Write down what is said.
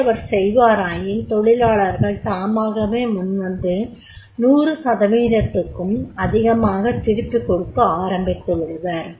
இதை அவர் செய்வாராயின் தொழிலாளர்கள் தாமாகவே முன்வந்து 100 சதவீத்துக்கும் அதிகமாக திருப்பிகொடுக்க ஆரம்பித்துவிடுவர்